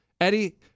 Eddie